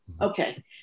Okay